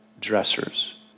dressers